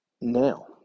Now